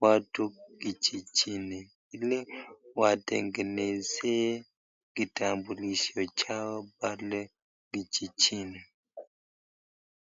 watu kijijini ili watengenezee kitambulisho chao pale kijijini.